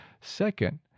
Second